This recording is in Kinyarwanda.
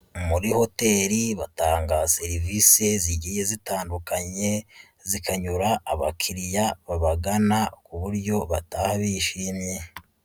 Muri hoteli batanga serivise zigiye zitandukanye zikanyura abakiriya babagana ku buryo bataha bishimye.